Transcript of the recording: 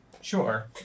sure